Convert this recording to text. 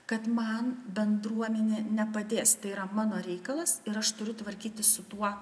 kad man bendruomenė nepadės tai yra mano reikalas ir aš turiu tvarkytis su tuo